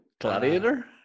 gladiator